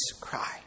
cry